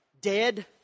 Dead